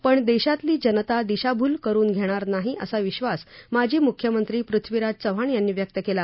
पण देशातली जनता दिशाभूल करुन घेणार नाही असा विश्वास माजी मुख्यमंत्री पृथ्वीराज चव्हाण यांनी व्यक्त केला